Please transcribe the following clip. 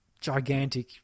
gigantic